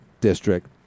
district